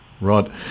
Right